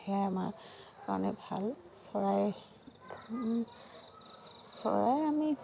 সেয়াই আমাৰ কাৰণে ভাল চৰাই চৰাই আমি